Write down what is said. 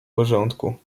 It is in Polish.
porządku